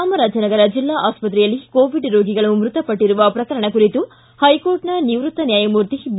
ಚಾಮರಾಜನಗರ ಜೆಲ್ಲಾ ಆಸ್ಪತ್ರೆಯಲ್ಲಿ ಕೋವಿಡ್ ರೋಗಿಗಳು ಮೃತಪಟ್ಟಿರುವ ಪ್ರಕರಣ ಕುರಿತು ಹೈಕೋರ್ಟ್ನ ನಿವ್ವತ್ತ ನ್ನಾಯಮೂರ್ತಿ ಬಿ